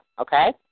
okay